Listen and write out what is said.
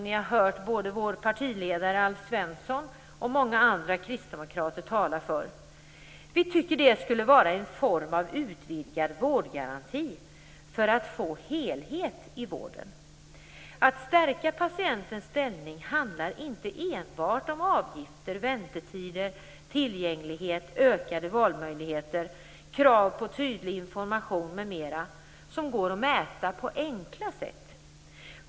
Ni har hört både vår partiledare Alf Svensson och många andra kristdemokrater tala för den. Vi tycker att det skall vara en form av utvidgad vårdgaranti för att få helhet i vården. Att stärka patientens ställning handlar inte enbart om avgifter, väntetider, tillgänglighet, ökade valmöjligheter, krav på tydlig information m.m. som går att mäta på enkla sätt.